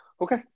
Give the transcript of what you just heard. Okay